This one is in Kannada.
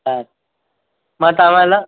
ಹಾಂ ಮತ್ತೆ ಆಮೇಲೆ